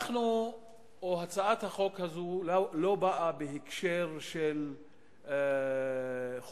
הצעת החוק הזו לא באה בהקשר של חוקה